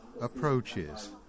approaches